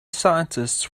scientists